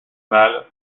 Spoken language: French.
mâle